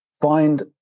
find